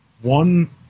one